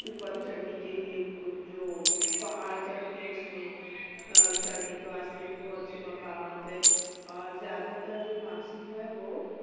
اوپر چڑھنے کے لیے جو پہاڑ چڑھتے ہیں اس میں چڑھنے کے واسطے بھی بہت سے مقامات ہے اور زیادہ تر جو ناسک ہے وہ